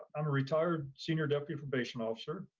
i'm a retired senior deputy probation officer,